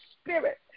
Spirit